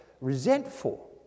resentful